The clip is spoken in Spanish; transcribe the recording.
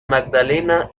magdalena